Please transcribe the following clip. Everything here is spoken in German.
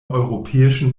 europäischen